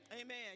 Amen